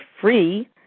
free